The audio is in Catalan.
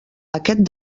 aquest